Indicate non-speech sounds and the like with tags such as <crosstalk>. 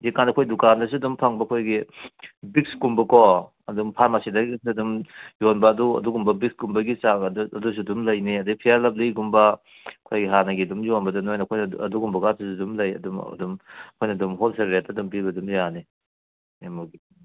ꯍꯧꯖꯤꯛꯀꯥꯟ ꯑꯩꯈꯣꯏ ꯗꯨꯀꯥꯟꯗꯁꯨ ꯑꯗꯨꯝ ꯐꯪꯕ ꯑꯩꯈꯣꯏꯒꯤ ꯚꯤꯛꯁꯀꯨꯝꯕꯀꯣ ꯑꯗꯨꯝ ꯐꯥꯔꯃꯥꯁꯤꯗꯒꯁꯨ ꯑꯗꯨꯝ ꯌꯣꯟꯕ ꯑꯗꯨ ꯑꯗꯨꯒꯨꯝꯕ ꯚꯤꯛꯁꯀꯨꯝꯕꯒꯤ ꯆꯥꯡ ꯑꯗꯨ ꯑꯗꯨꯁꯨ ꯑꯗꯨꯝ ꯂꯩꯅꯤ ꯑꯗꯩ ꯐꯤꯌꯥꯔ ꯂꯞꯂꯤꯒꯨꯝꯕ ꯑꯩꯈꯣꯏꯒꯤ ꯍꯥꯟꯅꯒꯤ ꯑꯗꯨꯝ ꯌꯣꯟꯕꯗ ꯅꯣꯏ ꯑꯈꯣꯏꯅ ꯑꯗꯨꯒꯨꯝꯕꯒꯥꯗꯨꯁꯨ ꯑꯗꯨꯝ ꯂꯩ ꯑꯗꯨꯝ ꯑꯗꯨꯝ ꯑꯩꯈꯣꯏꯅ ꯑꯗꯨꯝ ꯍꯣꯜꯁꯦꯜ ꯔꯦꯠꯇ ꯑꯗꯨꯝ ꯄꯤꯕ ꯑꯗꯨꯝ ꯌꯥꯅꯤ <unintelligible>